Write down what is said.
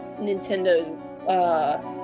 Nintendo